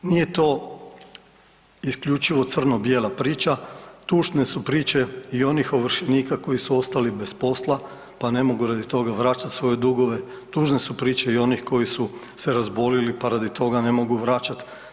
Nije to isključivo crno bijela priča, tužne su priče i onih ovršenika koji su ostali bez posla, pa ne mogu radi toga vraćat svoje dugove, tužne su priče i onih koji su se razbolili, pa radi toga ne mogu vraćat.